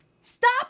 Stop